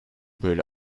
böyle